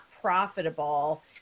profitable